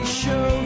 show